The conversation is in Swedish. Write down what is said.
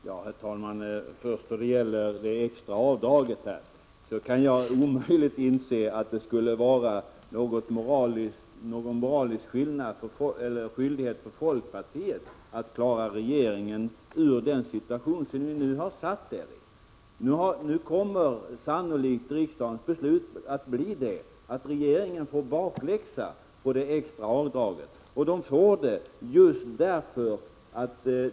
Herr talman! Först vill jag beträffande det extra avdraget säga följande. 2 juni 1986 Jag kan omöjligen inse att folkpartiet skulle ha en moralisk skyldighet att hjälpa regeringen och socialdemokraterna ur den situation som ni själva har försatt er i. Sannolikt kommer riksdagens beslut att innebära att regeringen får bakläxa när det gäller det extra avdraget.